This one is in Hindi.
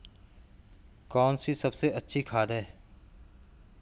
कौन सी सबसे अच्छी खाद है?